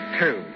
two